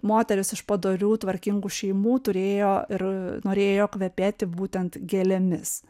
moterys iš padorių tvarkingų šeimų turėjo ir norėjo kvepėti būtent gėlėmis